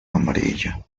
amarillo